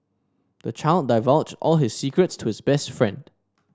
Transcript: the child divulged all his secrets to his best friend